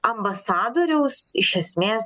ambasadoriaus iš esmės